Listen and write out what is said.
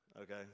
Okay